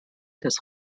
des